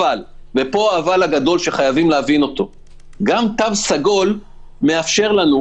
אבל וזה ה"אבל" הגדול שחייבים להבין גם תו סגול מאפשר לנו,